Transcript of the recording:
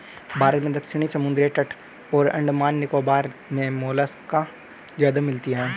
भारत में दक्षिणी समुद्री तट और अंडमान निकोबार मे मोलस्का ज्यादा मिलती है